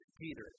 Peter